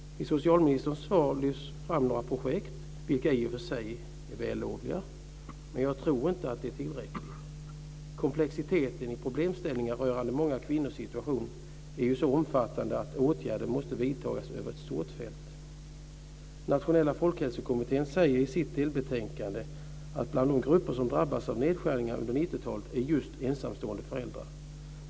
I socialministerns svar lyfts fram några projekt, vilka i och för sig är vällovliga. Men jag tror inte att det är tillräckligt. Komplexiteten i problemställningar rörande många kvinnors situation är så omfattande att åtgärder måste vidtas över ett stort fält. Nationella folkhälsokommittén säger i sitt delbetänkande att bland de grupper som drabbats av nedskärningarna under 90-talet är just ensamstående föräldrar.